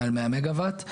מעל כ-100 מגה וואט,